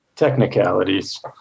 technicalities